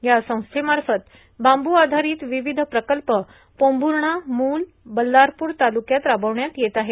या संस्थेमार्फत बांबू आधारित विविध प्रकल्प पोंभूर्णा मूल बल्लारपूर तालुक्यात राबविण्यात येत आहेत